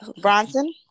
Bronson